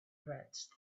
read